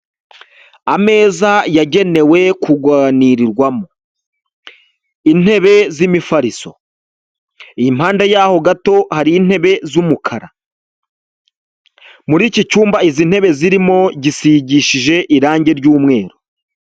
Ameza yagenewe kuganirirwamo, intebe z'imifariso, impande yaho gato hari intebe z'umukara, muri iki cyumba izi ntebe zirimo gisigishije irangi ry'umweru.